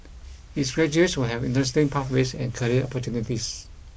its graduates will have interesting pathways and career opportunities